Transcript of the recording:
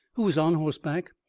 who was on horseback,